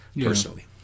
personally